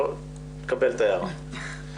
מקבל את ההערה.